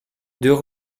deux